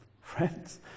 Friends